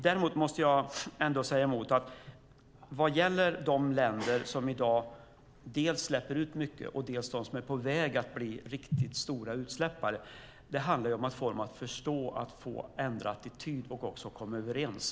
Däremot måste jag säga emot när det gäller dels de länder som i dag släpper ut mycket, dels de som är på väg att bli riktigt stora utsläppare. Det handlar om att få dem att förstå att de måste ändra attityd och komma överens.